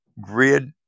grid